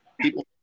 People